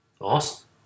Awesome